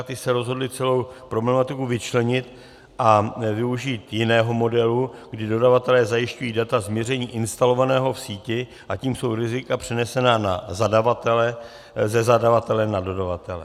Ty se rozhodly celou problematiku vyčlenit a využít jiného modelu, kdy dodavatelé zajišťují data z měření instalovaného v síti, a tím jsou rizika přenesena ze zadavatele na dodavatele.